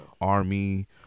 Army